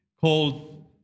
called